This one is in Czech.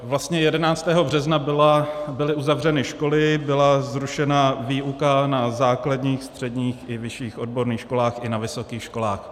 Vlastně 11. března byly uzavřeny školy, byla zrušena výuka na základních, středních i vyšších odborných školách, i na vysokých školách.